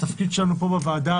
התפקיד שלנו פה בוועדה,